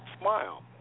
smile